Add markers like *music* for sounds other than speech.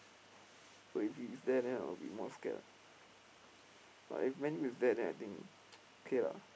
*noise* if if there then I'll be more scared ah *noise* but if Man-U is there then I think *noise* okay lah